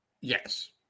Yes